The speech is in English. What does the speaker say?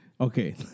Okay